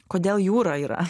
kodėl jūra yra